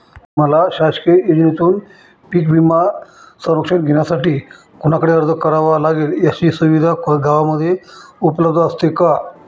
मला शासकीय योजनेतून पीक विमा संरक्षण घेण्यासाठी कुणाकडे अर्ज करावा लागेल? अशी सुविधा गावामध्ये उपलब्ध असते का?